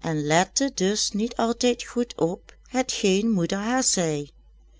en lette dus niet altijd goed op hetgeen moeder haar zei